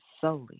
solely